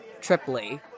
triply